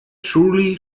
truly